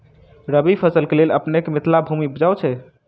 रबी फसल केँ लेल अपनेक मिथिला भूमि उपजाउ छै